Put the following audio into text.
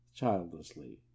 childlessly